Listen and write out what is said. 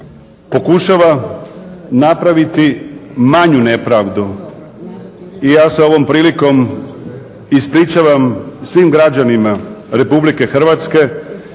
pokušava napraviti manju nepravdu i ja se ovom prilikom ispričavam svim građanima Republike Hrvatske